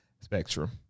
spectrum